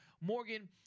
Morgan